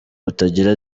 butagira